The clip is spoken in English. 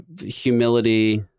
humility